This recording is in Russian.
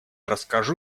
расскажу